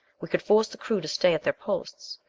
we could force the crew to stay at their posts.